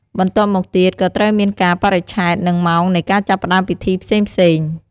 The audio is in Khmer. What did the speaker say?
បន្ទាប់មកទៀត ក៏ត្រូវមានកាលបរិច្ឆេទ និងម៉ោងនៃការចាប់ផ្ដើមពិធីផ្សេងៗ។